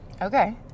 Okay